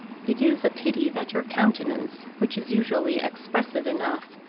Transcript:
it is a pity that your countenance, which is usually expressive enough,